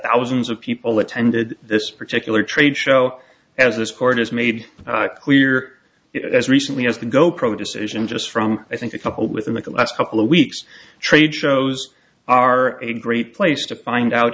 thousands of people attended this particular trade show as this court has made it clear as recently as the go pro decision just from i think a couple within the last couple of weeks trade shows are a great place to find out